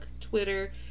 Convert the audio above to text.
Twitter